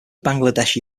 bangladeshi